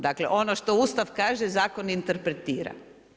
Dakle ono što Ustav kaže, zakon interpretira.